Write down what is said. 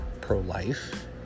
pro-life